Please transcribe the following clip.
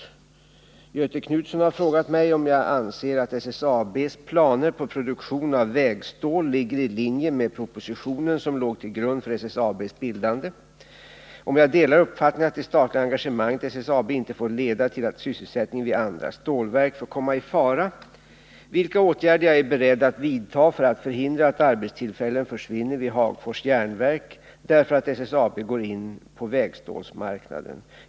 Göthe Knutson har frågat mig om jag anser att SSAB:s planer på produktion av vägstål ligger i linje med propositionen som låg till grund för SSAB:s bildande; om jag delar uppfattningen att det statliga engagemanget i SSAB inte får leda till att sysselsättningen vid andra stålverk kommer i fara; vilka åtgärder jag är beredd att vidta för att förhindra att arbetstillfällen försvinner vid Hagfors Järnverk därför att SSAB går in på vägstålmarknaden.